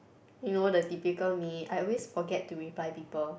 you know the typical me I always forget to reply people